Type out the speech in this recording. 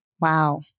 Wow